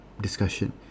discussion